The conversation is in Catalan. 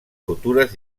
futures